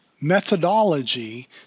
methodology